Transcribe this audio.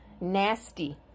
nasty